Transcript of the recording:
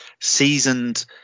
seasoned